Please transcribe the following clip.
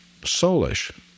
Soulish